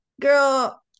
girl